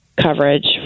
coverage